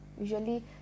Usually